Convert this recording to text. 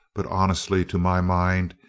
but honestly, to my mind,